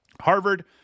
Harvard